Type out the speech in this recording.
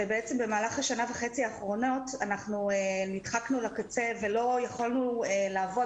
ובעצם במהלך השנה וחצי האחרונות אנחנו נדחקנו לקצה ולא יכולנו לעבוד,